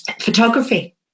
photography